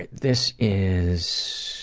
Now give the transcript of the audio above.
but this is,